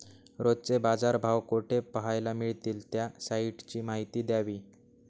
रोजचे बाजारभाव कोठे पहायला मिळतील? त्या साईटची माहिती द्यावी